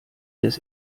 des